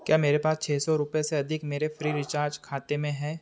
क्या मेरे पास छः सौ रुपये से अधिक मेरे फ़्रीरिचार्ज खाते में हैं